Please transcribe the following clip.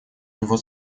него